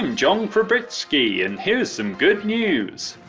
and john fabritski and here's some good news.